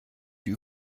die